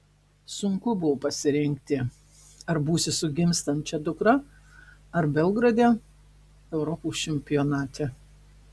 sunku buvo pasirinkti ar būti su gimstančia dukra ar belgrade europos čempionate